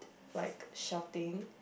like shouting